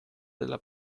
della